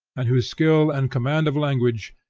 and whose skill and command of language,